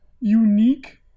unique